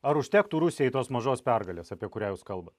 ar užtektų rusijai tos mažos pergalės apie kurią jūs kalbat